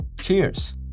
Cheers